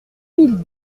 mille